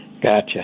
Gotcha